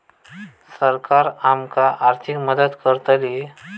सरकार आमका आर्थिक मदत करतली?